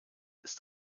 ist